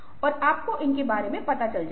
और आपको इनके बारे में पता चल जाएगा